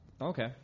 Okay